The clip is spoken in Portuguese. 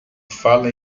fala